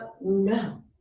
no